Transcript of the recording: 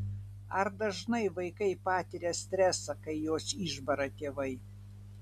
ar dažnai vaikai patiria stresą kai juos išbara tėvai